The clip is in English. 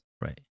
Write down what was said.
Right